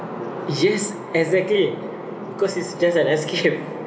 yes exactly cause it's just an escape